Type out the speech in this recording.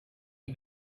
die